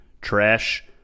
Trash